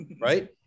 right